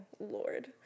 Lord